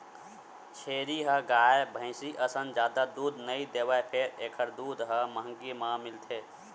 छेरी ह गाय, भइसी असन जादा दूद नइ देवय फेर एखर दूद ह महंगी म मिलथे